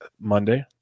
Monday